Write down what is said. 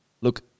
look